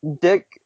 Dick